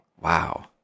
Wow